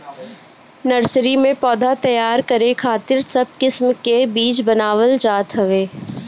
nursery में पौधा तैयार करे खातिर सब किस्म के बीज बनावल जात हवे